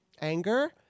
anger